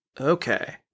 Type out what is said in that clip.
okay